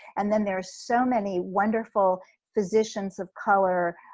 and then there are so many wonderful physicians of color,